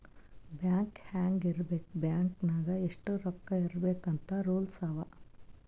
bank ಹ್ಯಾಂಗ್ ಇರ್ಬೇಕ್ bank ನಾಗ್ ಎಷ್ಟ ರೊಕ್ಕಾ ಇರ್ಬೇಕ್ ಅಂತ್ ರೂಲ್ಸ್ ಅವಾ